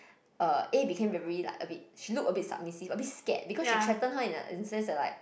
uh A became very like a bit she looked a bit submissive a bit scare because she threatens her in the in sense that like